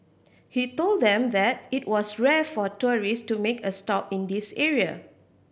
he told them that it was rare for tourist to make a stop in this area